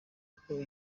kuko